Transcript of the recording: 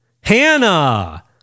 Hannah